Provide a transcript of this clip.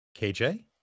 KJ